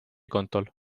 kontol